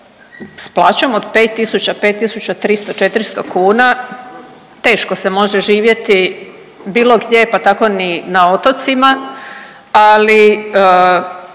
S plaćom od 5 tisuća, 5 tisuća 300, 400 kuna teško se može živjeti bilo gdje pa tako ni na otocima, ali